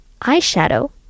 eyeshadow